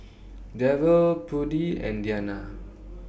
Derald Prudie and Dianna